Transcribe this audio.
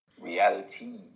Reality